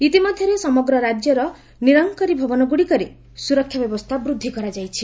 ଇତିମଧ୍ୟରେ ସମଗ୍ର ରାଜ୍ୟର ନିରଙ୍କରୀ ଭବନଗୁଡ଼ିକରେ ସୁରକ୍ଷା ବ୍ୟବସ୍ଥା ବୃଦ୍ଧି କରାଯାଇଛି